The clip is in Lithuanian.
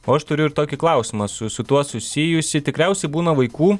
o aš turiu ir tokį klausimą su su tuo susijusi tikriausiai būna vaikų